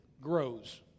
Grows